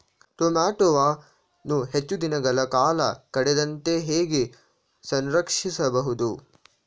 ಟೋಮ್ಯಾಟೋವನ್ನು ಹೆಚ್ಚು ದಿನಗಳ ಕಾಲ ಕೆಡದಂತೆ ಹೇಗೆ ಸಂರಕ್ಷಿಸಬಹುದು?